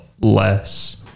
less